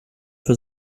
für